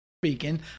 speaking